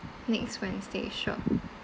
next wednesday sure